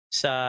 sa